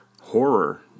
horror